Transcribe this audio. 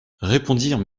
répondirent